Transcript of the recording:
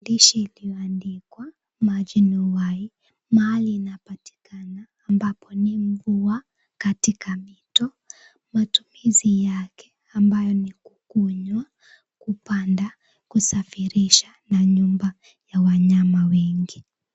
Dishi ilioandikwa maji ni uhai., mahali inapatikana ambapo ni mvua, katika mito, matumizi yake ambayo ni kukunywa, kupanda, kusafirisha na nyumba ya wanyama wengi.